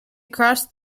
across